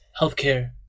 healthcare